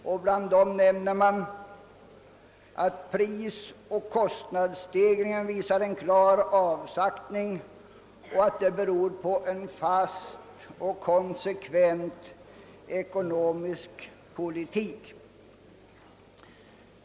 Man åberopar att prisoch kostnadsstegringarna visar en klar avsaktning och att det beror på en fast och konsekvent ekonomisk politik.